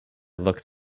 looks